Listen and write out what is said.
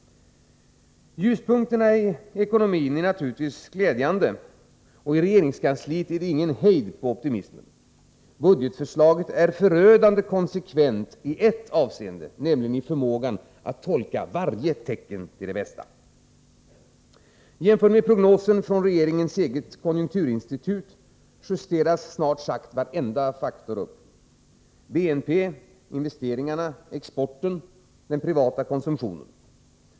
Ljuspunkterna i ekonomin är naturligtvis glädjande, och i regeringskansliet är det ingen hejd på optimismen. Budgetförslaget är förödande konsekvent i ett avseende, nämligen sin förmåga att tolka varje tecken till det bästa. Jämfört med prognosen från regeringens eget konjunkturinstitut justeras snart sagt varenda faktor upp: BNP, investeringarna, exporten, den privata konsumtionen.